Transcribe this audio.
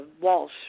Walsh